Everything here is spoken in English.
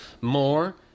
more